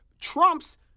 trumps